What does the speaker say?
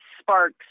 sparks